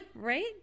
Right